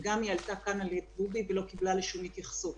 היא עלתה גם כאן על ידי דובי ולא קיבלה שום התייחסות.